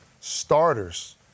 Starters